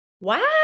Wow